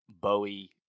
bowie